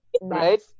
Right